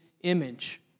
image